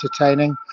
entertaining